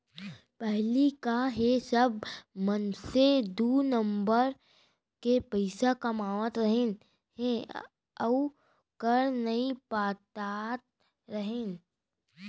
पहिली का हे सब मनसे दू नंबर के पइसा कमावत रहिन हे अउ कर नइ पटात रहिन